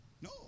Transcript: No